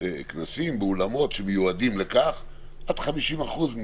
כנסים באולמות שמיועדים לכך עד 50 אחוזים